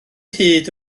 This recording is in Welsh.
hyd